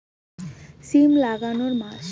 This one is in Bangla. সিম লাগানোর মাস?